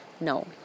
No